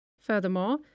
Furthermore